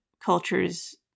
cultures